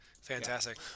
Fantastic